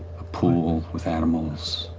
pool with animals?